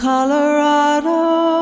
Colorado